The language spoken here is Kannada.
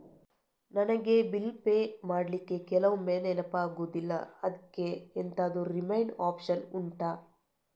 ನನಗೆ ಬಿಲ್ ಪೇ ಮಾಡ್ಲಿಕ್ಕೆ ಕೆಲವೊಮ್ಮೆ ನೆನಪಾಗುದಿಲ್ಲ ಅದ್ಕೆ ಎಂತಾದ್ರೂ ರಿಮೈಂಡ್ ಒಪ್ಶನ್ ಉಂಟಾ